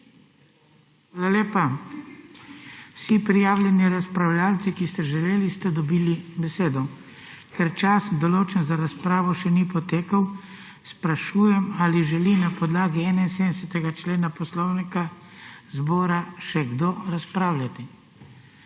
Hvala lepa. Vsi prijavljeni razpravljavci, ki ste to želeli, ste dobili besedo. Ker čas, določen za razpravo, še ni potekel, sprašujem, ali želi na podlagi 71. člena Poslovnika Državnega zbora še kdo razpravljati.